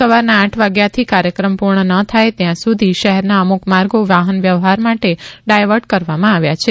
સવારના આઠ વાગ્યાથી કાર્યક્રમ પૂર્ણ ન થાય ત્યાં સુધી શહેરના અમુક માર્ગો વાહનવ્યવહાર માટે ડાયવર્ટ કરવામાં આવ્યા છે